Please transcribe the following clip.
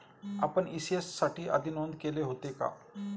आपण इ.सी.एस साठी आधी नोंद केले होते का?